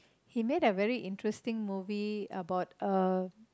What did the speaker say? he made a very interesting movie about uh